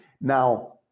Now